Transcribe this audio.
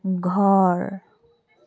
ঘৰ